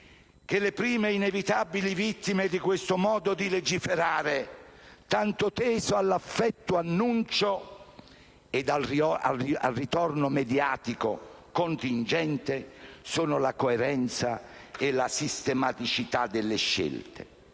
che le prime, inevitabili vittime di questo modo di legiferare, tanto teso all'effetto annuncio e al ritorno mediatico contingente, sono la coerenza e la sistematicità delle scelte.